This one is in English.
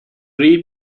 read